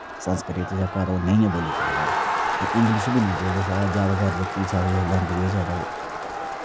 संस्कृत जेह्का ते ओह् नेईं गै बोली सकदा इंग्लिश बी निं बोली सकदा जैदातर जेह्की साढ़ी लैंग्वेज ऐ ते ओ